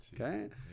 Okay